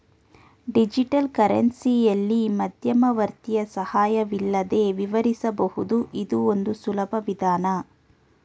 digital ಕರೆನ್ಸಿಯಲ್ಲಿ ಮಧ್ಯವರ್ತಿಯ ಸಹಾಯವಿಲ್ಲದೆ ವಿವರಿಸಬಹುದು ಇದು ಒಂದು ಸುಲಭ ವಿಧಾನ